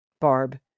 Barb